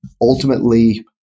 ultimately